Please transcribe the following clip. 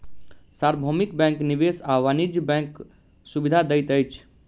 सार्वभौमिक बैंक निवेश आ वाणिज्य बैंकक सुविधा दैत अछि